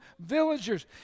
villagers